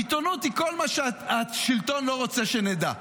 עיתונות זה כל מה שהשלטון לא רוצה שנדע.